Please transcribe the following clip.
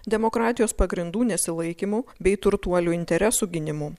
demokratijos pagrindų nesilaikymu bei turtuolių interesų gynimu